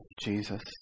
Jesus